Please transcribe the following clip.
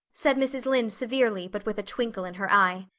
said mrs. lynde severely, but with a twinkle in her eye.